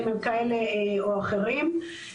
אם הם כאלה או אחרים.